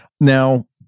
Now